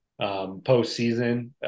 postseason